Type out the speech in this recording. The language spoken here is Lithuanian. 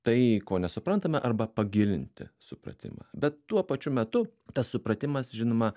tai ko nesuprantame arba pagilinti supratimą bet tuo pačiu metu tas supratimas žinoma